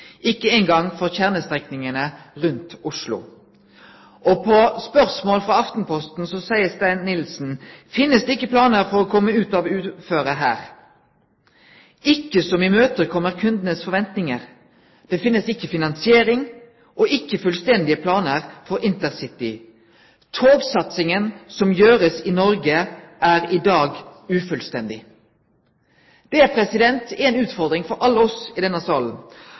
Ikke engang for kjernestrekningene rundt Oslo.» Aftenposten spør han: «Finnes det ikke planer for å komme ut av uføret her?» Han svarar: «Ikke som imøtekommer kundenes forventninger. Det finnes ikke finansiering, og ikke fullstendige planer for InterCity. Togsatsingen som gjøres i Norge i dag er ufullstendig.» Det er ei utfordring for alle oss i denne salen.